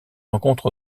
rencontre